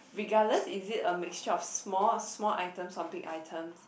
regardless is it a mixture a small small items or big item